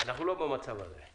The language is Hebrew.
אני רוצה לשאול שאלה עקרונית,